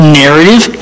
narrative